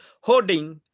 holding